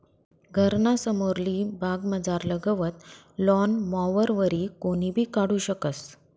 घरना समोरली बागमझारलं गवत लॉन मॉवरवरी कोणीबी काढू शकस